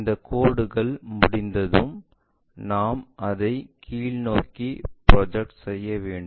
இந்த கோடுகள் முடிந்ததும் நாம் அதை கீழ்நோக்கி ப்ரொஜெக்ட் செய்ய வேண்டும்